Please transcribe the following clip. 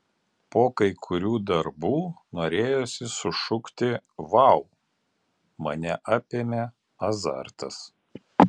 po kai kurių darbų norėjosi sušukti vau mane apėmė azartas